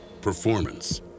Performance